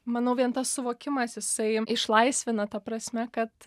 manau vien tas suvokimas jisai išlaisvina ta prasme kad